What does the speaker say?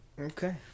Okay